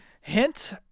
hint